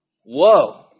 whoa